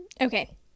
Okay